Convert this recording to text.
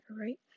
right